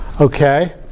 Okay